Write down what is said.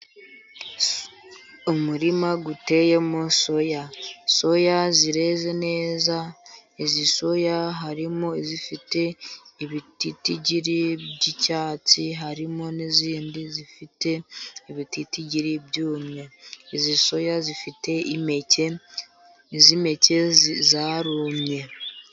Umurima uteyemo soya, soya zireze neza. Izi soya harimo izifite ibititigiri by'icyatsi, harimo n'izindi zifite ibititigiri byumye. Izi soya zifite impeke, izi mpeke zarumye.